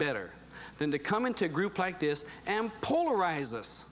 better than to come into a group like this and polarize us